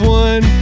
one